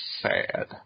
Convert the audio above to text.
sad